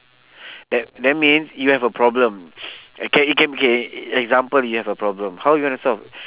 that that means you have a problem okay you can K example you have a problem how you gonna solve